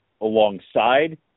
alongside